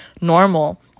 normal